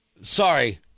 Sorry